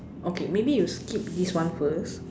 okay maybe you skip this one first